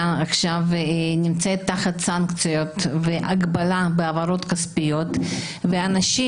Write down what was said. נמצאת תחת סנקציות והגבלה בהעברות כספיות והאנשים